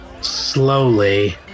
slowly